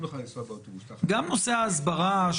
לך לנסוע באוטובוס --- גם נושא ההסברה,